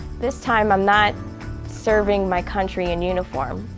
this time i'm not serving my country in uniform.